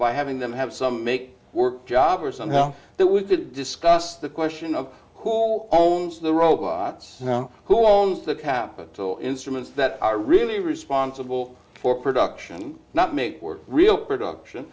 by having them have some make work job or somehow that we did discuss the question of who owns the robots now who owns the capital instruments that are really responsible for production not make work real production